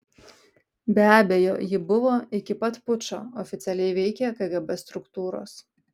be abejo ji buvo iki pat pučo oficialiai veikė kgb struktūros